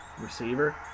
receiver